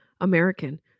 American